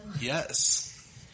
Yes